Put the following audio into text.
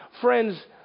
friends